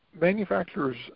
manufacturers